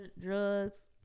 drugs